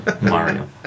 Mario